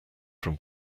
from